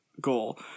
goal